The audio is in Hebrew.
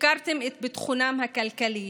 הפקרתם את ביטחונם הכלכלי